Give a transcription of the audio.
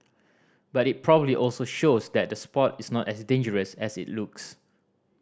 but it probably also shows that the sport is not as dangerous as it looks